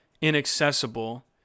inaccessible